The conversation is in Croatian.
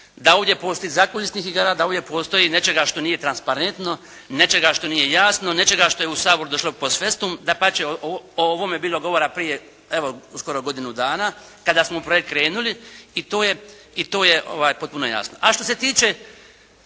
da ovdje postoji …/Govornik se ne razumije./… da ovdje postoji nečega što nije transparentno, nečega što nije jasno, nešto što je u Sabor došlo pod …/Govornik se ne razumije./… dapače o ovome je bilo govora prije, evo, uskoro godinu dana kada smo u projekt krenuli i to je, i to je potpuno jasno.